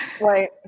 Right